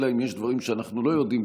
אלא אם כן יש דברים שאנחנו לא יודעים.